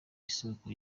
isoko